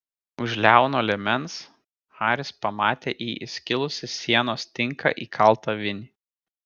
už liauno liemens haris pamatė į įskilusį sienos tinką įkaltą vinį